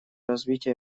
развития